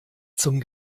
zum